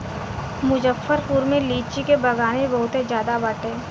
मुजफ्फरपुर में लीची के बगानी बहुते ज्यादे बाटे